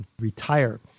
retire